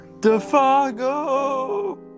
Defago